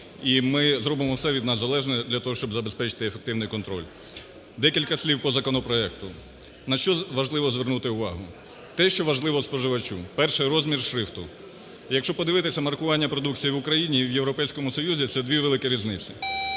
І ми зробимо все від нас залежне для того, щоб забезпечити ефективний контроль. Декілька слів по законопроекту. На що важливо звернути увагу. Те, що важливо споживачу. Перше – розмір шрифту. Якщо подивитися маркування продукції в Україні і в Європейському Союзі – це дві великі різниці.